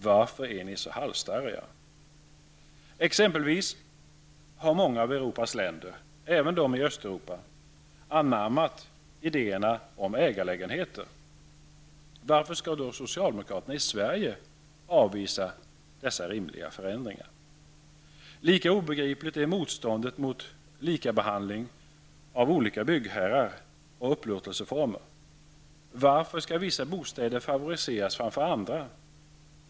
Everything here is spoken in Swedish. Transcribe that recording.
Varför är ni då så halsstarriga? Exempelvis har många av Europas länder, även de i Östeuropa, anammat idéerna om ägarlägenheter. Varför skall då socialdemokraterna i Sverige avvisa dessa rimliga förändringar? Lika obegripligt är motståndet mot likabehandling av olika byggherrar och upplåtelseformer. Varför skall vissa bostäder favoriseras framför andra?